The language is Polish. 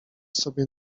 sobie